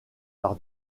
par